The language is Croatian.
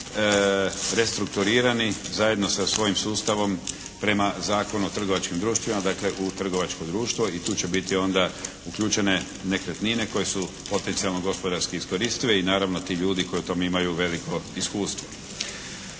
restrukturirani zajedno sa svojim sustavom prema Zakonu o trgovačkim društvima, dakle u trgovačko društvo i tu će biti onda uključene nekretnine koje su potencijalno gospodarski iskoristive i naravno ti ljudi koji u tom imaju veliko iskustvo.